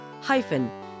hyphen